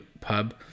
pub